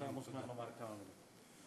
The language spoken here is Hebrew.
אתה מוזמן לומר כמה מילים.